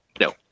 No